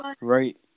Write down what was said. Right